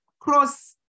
Cross